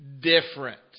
different